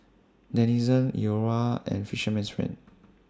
Denizen Iora and Fisherman's Friend